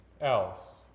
else